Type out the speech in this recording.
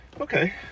Okay